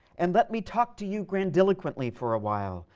and let me talk to you grandiloquently for a while.